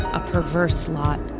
a perverse lot,